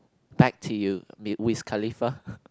back to you Wiz-Khalifa